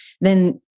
then-